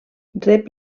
rep